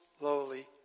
lowly